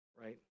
right